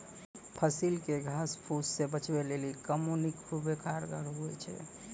फसिल के घास फुस से बचबै लेली कमौनी खुबै कारगर हुवै छै